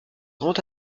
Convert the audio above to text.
grand